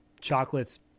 chocolates